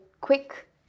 quick